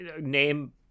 Name